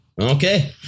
Okay